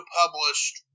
published